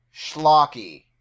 schlocky